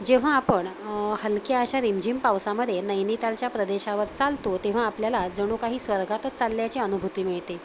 जेव्हा आपण हलक्या अशा रिमझिम पावसामध्ये नैनितालच्या प्रदेशावर चालतो तेव्हा आपल्याला जणू काही स्वर्गातच चालल्याची अनुभूती मिळते